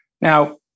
Now